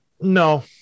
No